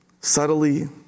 Subtly